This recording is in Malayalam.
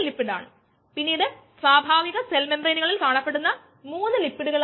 X ഇവിടെയുള്ള സബ്സ്ട്രേറ്റ് ആണ് നമ്മൾ പഠിക്കുന്ന ബ്രേക്ക്ഡൌൺ